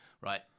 right